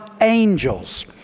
Angels